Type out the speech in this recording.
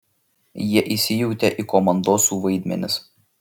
jie įsijautė į komandosų vaidmenis